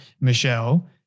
Michelle